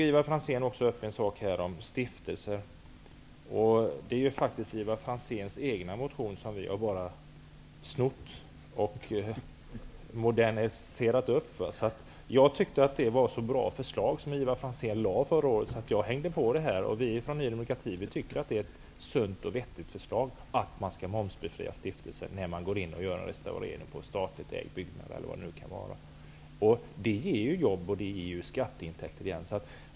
Ivar Franzén tog också upp en sak om stiftelser. Det är faktiskt Ivar Franzéns egen motion som vi har ''snott'' och moderniserat upp. Jag tyckte att det var så bra förslag som Ivar Franzén hade förra året att jag hängde på. Vi i Ny demokrati tycker att det är sunt och vettigt att stiftelser skall ha momsbefrielse när de gör en restaurering på en statligt ägd byggnad eller vad det kan vara. Det ger ju jobb och skatteintäkter.